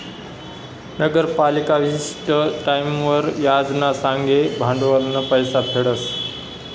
नगरपालिका विशिष्ट टाईमवर याज ना संगे भांडवलनं पैसा फेडस